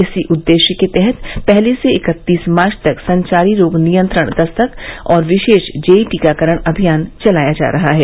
इसी उददेश्य के तहत पहली से इकत्तीस मार्च तक संचारी रोग नियंत्रण दस्तक और विशेष जेई टीकाकरण अभियान चलाया जा रहा है